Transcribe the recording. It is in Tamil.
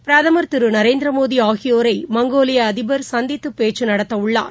பிரதம் திரு நரேந்திரமோடி ஆகியோரை மங்கோலிய அதிபர் சந்தித்து பேச்சு நடத்தவுள்ளார்